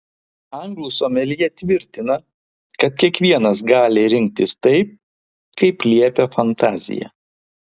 anglų someljė tvirtina kad kiekvienas gali rinktis taip kaip liepia fantazija